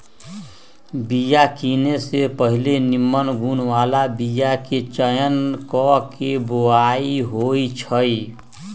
बिया किने से पहिले निम्मन गुण बला बीयाके चयन क के बोआइ होइ छइ